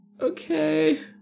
okay